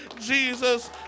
Jesus